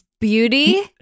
beauty